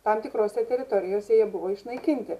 tam tikrose teritorijose jie buvo išnaikinti